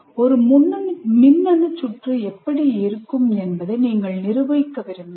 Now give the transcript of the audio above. ஒரு மின்னணு சுற்று எப்படி என்பதை நீங்கள் நிரூபிக்க விரும்பினால்